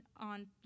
on